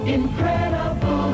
Incredible